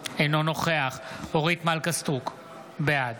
אינו נוכח אורית מלכה סטרוק, בעד